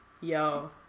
Yo